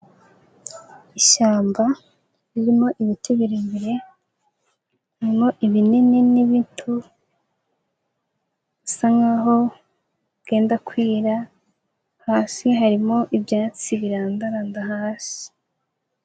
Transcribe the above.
Ishyamba ririmo ibiti birebire harimo ibinini n'ibito, bisa nkaho bwenda kwira hasi harimo ibyatsi birandada hasi.